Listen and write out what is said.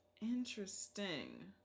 Interesting